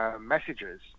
messages